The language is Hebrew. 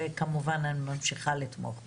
וכמובן אני ממשיכה לתמוך בכם.